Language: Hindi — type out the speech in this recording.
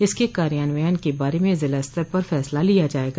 इसके कार्यान्वयन के बारे में जिला स्तर पर फैसला लिया जाएगा